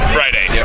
Friday